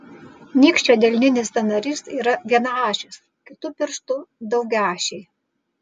nykščio delninis sąnarys yra vienaašis kitų pirštų daugiaašiai